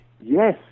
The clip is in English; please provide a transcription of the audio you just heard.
Yes